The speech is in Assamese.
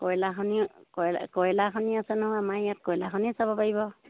কয়লা খনি কয়লাখনি আছে নহয় আমাৰ ইয়াত কয়লা খনিও চাব পাৰিব